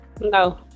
No